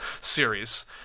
series